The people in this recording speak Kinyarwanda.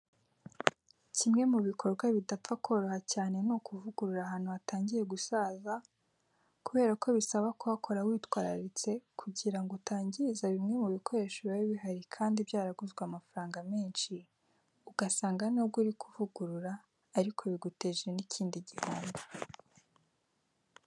Kimwe mu bikowa bidapfa koroha cyane ni ukuvugurura ahantu hatangiye gusaza, kubera ko bisaba kuhakora witwararitse kugira ngo utangiza bimwe mu bikoresho biba bihari kandi byaraguzwe amafaranga menshi, ugasanga nubwo uri kuvugurura ariko biguteje n'ikindi gihombo.